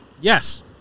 Yes